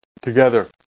Together